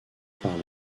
par